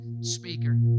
speaker